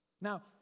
Now